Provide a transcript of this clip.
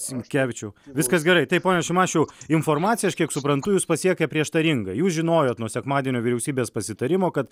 sinkevičiau viskas gerai taip pone šimašiau informacija aš kiek suprantu jus pasiekė prieštaringa jūs žinojot nuo sekmadienio vyriausybės pasitarimo kad